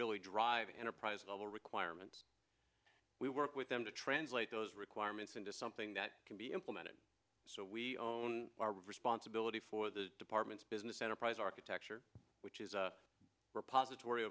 really drive an enterprise level requirement we work with them to translate those requirements into something that can be implemented so we own our responsibility for the department's business enterprise architecture which is repositor